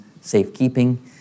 safekeeping